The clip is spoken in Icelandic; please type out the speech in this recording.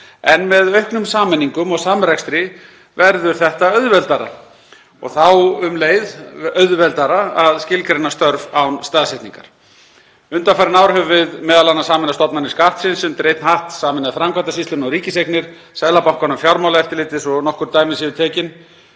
en með auknum sameiningum og samrekstri verður þetta auðveldara, og þá um leið auðveldara að skilgreina störf án staðsetningar. Undanfarin ár höfum við m.a. sameinað stofnanir Skattsins undir einn hatt, sameinað Framkvæmdasýsluna og Ríkiseignir, Seðlabankann og Fjármálaeftirlitið, svo nokkur dæmi séu tekin.